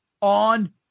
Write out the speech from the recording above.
on